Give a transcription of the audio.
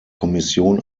kommission